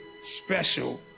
special